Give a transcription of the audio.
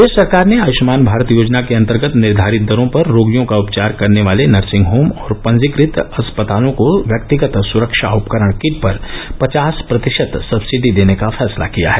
प्रदेश सरकार ने आयुष्मान भारत योजना के अंतर्गत निर्घारित दरों पर रोगियों का उपचार करने वाले नर्सिंग होम और पंजीकृत अस्पतालों को व्यक्तिगत सुरक्षा उपकरण किट पर पचास प्रतिशत सक्सिडी देने का फैसला किया है